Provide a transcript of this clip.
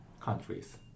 countries